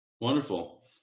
Wonderful